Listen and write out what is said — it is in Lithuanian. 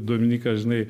dominykas žinai